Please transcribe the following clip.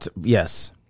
Yes